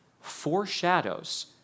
foreshadows